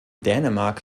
dänemark